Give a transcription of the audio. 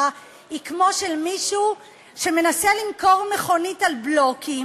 היא כמו של מישהו שמנסה למכור מכונית על בלוקים,